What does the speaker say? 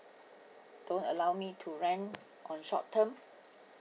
don't allow me to rent on short term